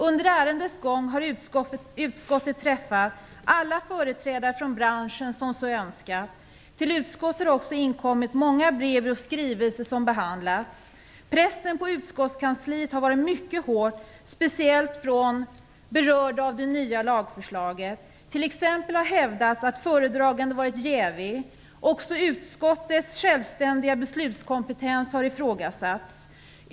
Under ärendets gång har utskottet träffat alla företrädare från branschen som så önskat. Till utskottet har också inkommit många brev och skrivelser som behandlats. Pressen på utskottskansliet har varit mycket hård, speciellt från berörda av det nya lagförslaget. Det har t.ex. hävdats att föredragande har varit jävig. Också utskottets självständiga beslutskompetens har ifrågasatts.